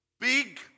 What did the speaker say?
big